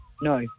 No